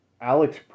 Alex